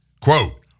quote